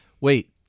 wait